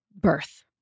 birth